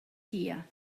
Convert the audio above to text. here